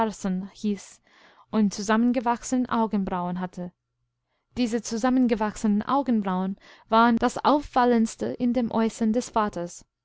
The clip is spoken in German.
und zusammengewachsene augenbrauen hatte diese zusammengewachsenen augenbrauen waren das auffallendste in dem äußern des vaters